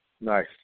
Nice